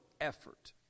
effort